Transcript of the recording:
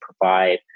provide